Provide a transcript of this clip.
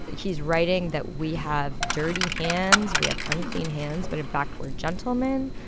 he's writing that we have dirty hands, we have unclean hands, but in fact, we're gentlemen.